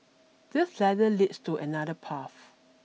this ladder leads to another path